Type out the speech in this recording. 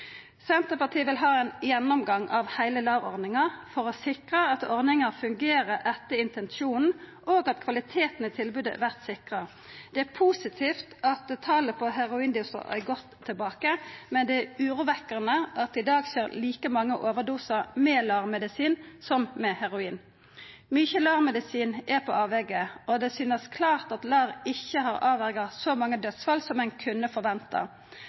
Senterpartiet vil ha ein gjennomgang av heile LAR-ordninga, for å sikra at ordninga fungerer etter intensjonen, og at kvaliteten i tilbodet vert sikra. Det er positivt at talet på heroindosar er gått tilbake, men det er urovekkjande at det i dag skjer like mange overdosar med LAR-medisin som med heroin. Mykje LAR-medisin er på avvegar, og det synest klart at LAR ikkje har avverja så mange dødsfall som ein kunne forventa.